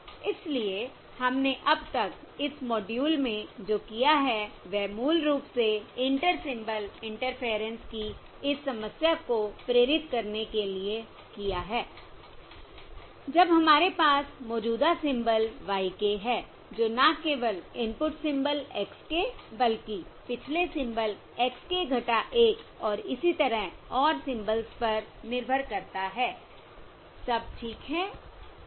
इसलिए हमने अब तक इस मॉड्यूल में जो किया है वह मूल रूप से इंटर सिंबल इंटरफेरेंस की इस समस्या को प्रेरित करने के लिए किया है जब हमारे पास मौजूदा सिंबल y k है जो न केवल इनपुट सिंबल x k बल्कि पिछले सिंबल x k 1 और इसी तरह और सिंबल्स पर निर्भर करता है सब ठीक है